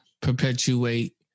perpetuate